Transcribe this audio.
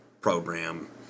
program